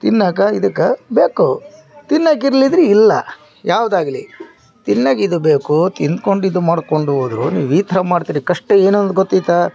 ತಿನ್ನೋಕೆ ಇದುಕ್ಕೆ ಬೇಕು ತಿನ್ನೋಕಿರ್ಲಿದ್ರು ಇಲ್ಲ ಯಾವುದಾಗ್ಲಿ ತಿನ್ನೋಕಿದು ಬೇಕು ತಿನ್ಕೊಂಡು ಇದು ಮಾಡ್ಕೊಂಡು ಹೋದರು ನೀವು ಈ ಥರ ಮಾಡ್ತಿರಿ ಕಷ್ಟ ಏನಾದರು ಗೊತ್ತಿತ